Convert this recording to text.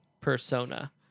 persona